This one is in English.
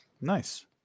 Nice